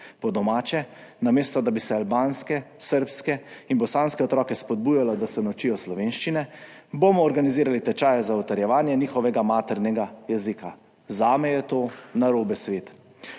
Po domače, namesto da bi se albanske, srbske in bosanske otroke spodbujalo, da se naučijo slovenščino, bomo organizirali tečaje za utrjevanje njihovega maternega jezika. Zame je to narobe svet.